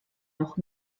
noch